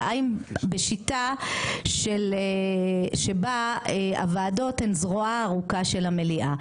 בשיטה שבה הוועדות הן זרועה הארוכה של המליאה.